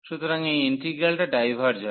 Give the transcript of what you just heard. সুতরাং এই ইন্টিগ্রালটা ডাইভার্জ হয়